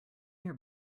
your